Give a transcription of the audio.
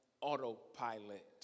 autopilot